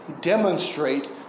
demonstrate